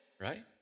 Right